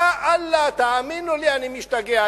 יא אללה, תאמינו לי, אני משתגע.